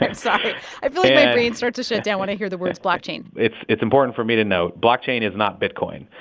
and sorry. i feel like my brain starts to shut down when i hear the word blockchain it's it's important for me to note blockchain is not bitcoin.